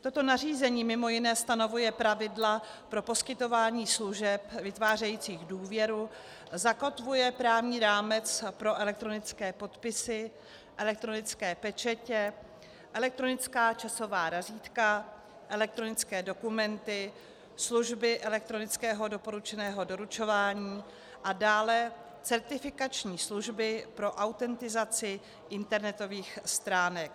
Toto nařízení mimo jiné stanovuje pravidla pro poskytování služeb vytvářejících důvěru, zakotvuje právní rámec pro elektronické podpisy, elektronické pečetě, elektronická časová razítka, elektronické dokumenty, služby elektronického doporučeného doručování a dále certifikační služby pro autentizaci internetových stránek.